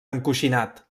encoixinat